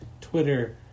Twitter